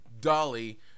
dolly